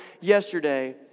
yesterday